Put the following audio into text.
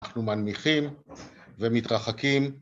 אנחנו מנמיכים ומתרחקים.